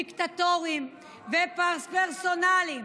דיקטטוריים ופרסונליים.